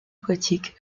aquatique